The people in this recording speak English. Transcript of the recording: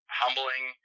humbling